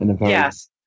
Yes